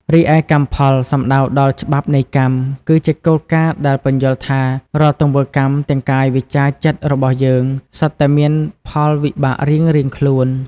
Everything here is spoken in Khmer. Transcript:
រីឯកម្មផល សំដៅដល់ច្បាប់នៃកម្ម គឺជាគោលការណ៍ដែលពន្យល់ថា រាល់ទង្វើកម្ម ទាំងកាយ វាចា ចិត្ត របស់យើង សុទ្ធតែមានផលវិបាករៀងៗខ្លួន។